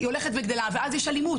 ואז יש אלימות.